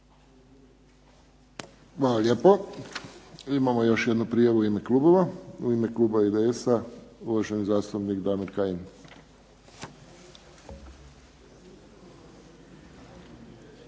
Hvala lijepo. Imamo još jednu prijavu u ime klubova. U ime kluba IDS-a uvaženi zastupnik Damir Kajin.